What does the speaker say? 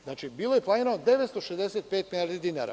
Znači, bilo je planirano 965 milijardi dinara.